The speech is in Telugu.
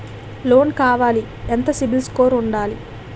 లోన్ కావాలి ఎంత సిబిల్ స్కోర్ ఉండాలి?